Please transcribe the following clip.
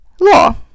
law